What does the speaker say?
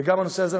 וגם הנושא הזה,